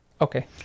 Okay